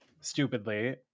stupidly